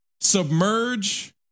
submerge